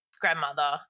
grandmother